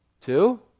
Two